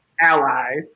allies